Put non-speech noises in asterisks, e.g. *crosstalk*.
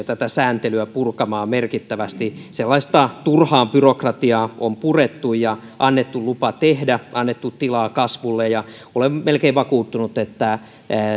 *unintelligible* tätä sääntelyä on pystytty purkamaan merkittävästi sellaista turhaa byrokratiaa on purettu ja on annettu lupa tehdä annettu tilaa kasvulle olen melkein vakuuttunut että